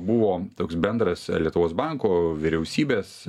buvo toks bendras lietuvos banko vyriausybės